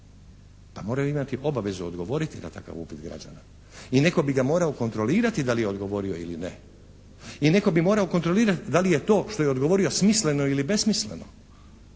Da moraju imati obavezu odgovoriti na takav upit građana i netko bi ga morao kontrolirati da li je odgovorio ili ne, i netko bi morao kontrolirati da li je to što je odgovorio smisleno ili besmisleno,